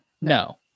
No